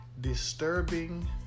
disturbing